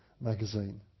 magazine